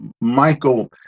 Michael